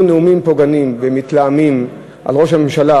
דיבורים פוגעניים ומתלהמים על ראש הממשלה.